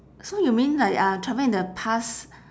so you mean like uh travel in the past